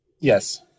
yes